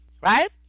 right